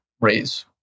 raise